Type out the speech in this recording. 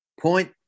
point